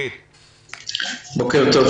בוקר טוב.